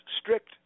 strict